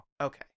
Okay